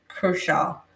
crucial